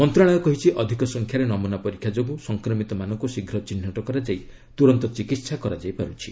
ମନ୍ତ୍ରଣାଳୟ କହିଛି ଅଧିକ ସଂଖ୍ୟାରେ ନମୁନା ପରୀକ୍ଷା ଯୋଗୁଁ ସଂକ୍ରମିତମାନଙ୍କୁ ଶୀଘ୍ର ଚିହ୍ନଟ କରାଯାଇ ତୁରନ୍ତ ଚିକିତ୍ସା କରାଯାଇପାରୁଛି